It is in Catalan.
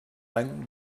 any